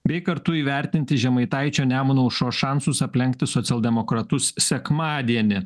bei kartu įvertinti žemaitaičio nemuno aušros šansus aplenkti socialdemokratus sekmadienį